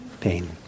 pain